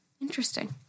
Interesting